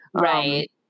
right